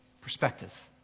perspective